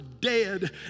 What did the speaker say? dead